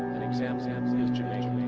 an example is jamaica,